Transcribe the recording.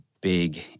big